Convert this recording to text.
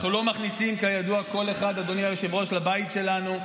אנחנו לא מכניסים כל אחד לבית שלנו,